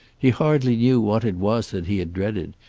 he hardly knew what it was that he had dreaded,